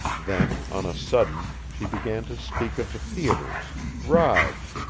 then, on a sudden, she began to speak of the theaters, rides,